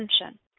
attention